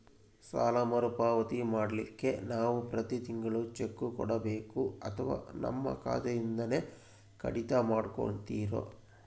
ಸಾಲದ ಮರುಪಾವತಿ ಮಾಡ್ಲಿಕ್ಕೆ ನಾವು ಪ್ರತಿ ತಿಂಗಳು ಚೆಕ್ಕು ಕೊಡಬೇಕೋ ಅಥವಾ ನಮ್ಮ ಖಾತೆಯಿಂದನೆ ಕಡಿತ ಮಾಡ್ಕೊತಿರೋ?